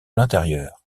l’intérieur